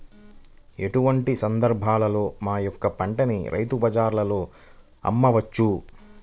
ఎటువంటి సందర్బాలలో మా యొక్క పంటని రైతు బజార్లలో అమ్మవచ్చు?